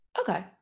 Okay